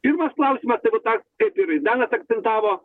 pirmas klausimas tai bus ar kaip ir danas akcentavo